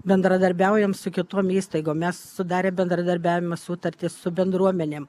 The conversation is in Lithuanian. bendradarbiaujam su kitom įstaigom mes sudarę bendradarbiavimo sutartis su bendruomenėm